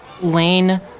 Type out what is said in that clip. Lane